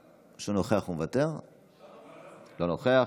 או שהוא נוכח ומוותר, אינו נוכח,